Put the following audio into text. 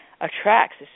attracts